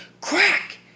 crack